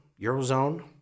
Eurozone